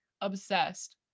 obsessed